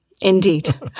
Indeed